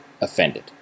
Offended